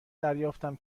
دریافتم